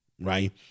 right